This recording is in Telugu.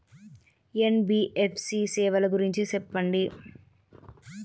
ఎన్.బి.ఎఫ్.సి సేవల గురించి సెప్పండి?